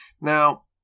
Now